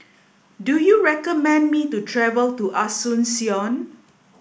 do you recommend me to travel to Asuncion